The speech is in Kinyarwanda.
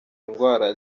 indwara